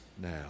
now